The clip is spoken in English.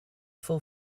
full